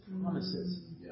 promises